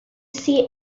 see